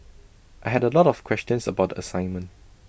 I had A lot of questions about the assignment